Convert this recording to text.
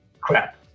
crap